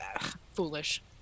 foolish